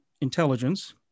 intelligence